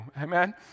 Amen